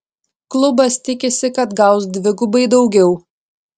klubas tikisi kad gaus dvigubai daugiau